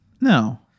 No